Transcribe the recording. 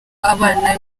abana